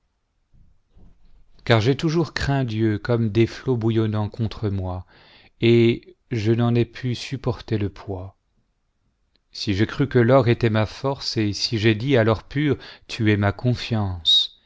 car j'ai toujours craint dieu comme des flots bouillonnant contre moi et je n'en ai pu supporter le poids si j'ai cru que l'or était ma force et si j'ai dit à l'or pur tu es ma confiance